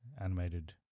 animated